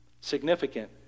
significant